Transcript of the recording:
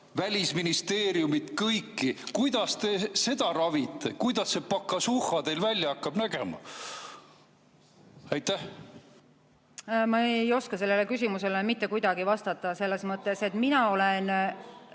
Välisministeeriumi, kõiki. Kuidas te seda ravite, kuidas see pakasuhha teil välja hakkab nägema? Ma ei oska sellele küsimusele mitte kuidagi vastata selles mõttes, et mina olen